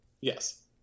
Yes